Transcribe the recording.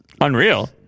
Unreal